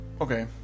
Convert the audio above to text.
okay